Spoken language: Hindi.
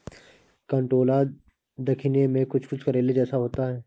कंटोला दिखने में कुछ कुछ करेले जैसा होता है